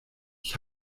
ich